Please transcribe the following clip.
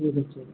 ٹھیٖک حظ چھُ